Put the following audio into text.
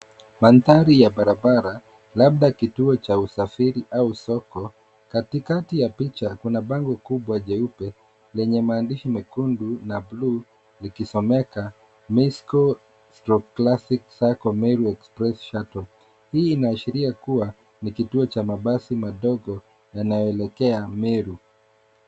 Mandhari ya barabara labda kituo cha usafiri au soko. Kati kati ya picha kuna bango kubwa jeupe lenye maandishi mekundu na buluu likisomeka misko/classic sacco Meru express shuttle. Hii inaashiria kuwa ni kituo cha mabasi madogo yanayoelekea Meru.